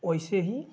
वैसे ही